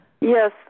Yes